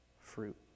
fruit